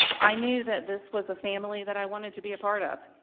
i knew that this was a family that i wanted to be a part of.